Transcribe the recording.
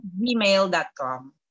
gmail.com